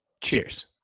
Cheers